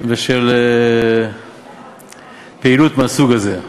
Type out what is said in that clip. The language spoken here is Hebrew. ושל פעילות מהסוג הזה.